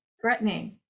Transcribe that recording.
threatening